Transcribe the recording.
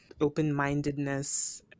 open-mindedness